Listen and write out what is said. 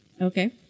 Okay